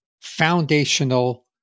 foundational